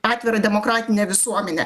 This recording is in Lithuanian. atvirą demokratinę visuomenę